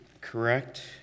correct